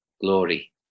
glory